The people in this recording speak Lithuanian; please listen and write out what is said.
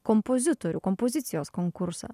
kompozitorių kompozicijos konkursą